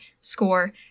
SCORE